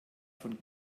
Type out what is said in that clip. von